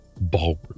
ballroom